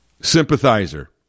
sympathizer